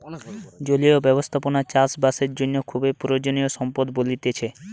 জলীয় ব্যবস্থাপনা চাষ বাসের জন্য খুবই প্রয়োজনীয় সম্পদ বলতিছে